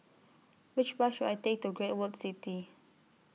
Which Bus should I Take to Great World City